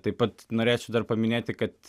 taip pat norėčiau dar paminėti kad